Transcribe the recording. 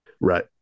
Right